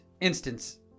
instance